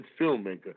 filmmaker